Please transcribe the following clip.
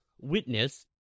witness